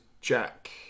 Jack